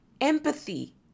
Empathy